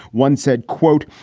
one said, quote,